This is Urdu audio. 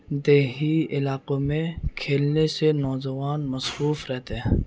دیہی علاقوں میں کھیلنے سے نوجوان مصروف رہتے ہیں